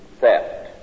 theft